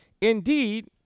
indeed